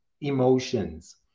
Emotions